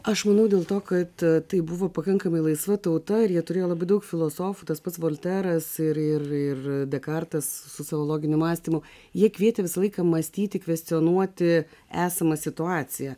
aš manau dėl to kad tai buvo pakankamai laisva tauta ir jie turėjo labai daug filosofų tas pats volteras ir ir ir dekartas su savo loginiu mąstymu jie kvietė visą laiką mąstyti kvestionuoti esamą situaciją